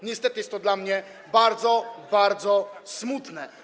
Niestety jest to dla mnie bardzo, bardzo smutne.